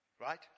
right